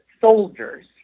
soldiers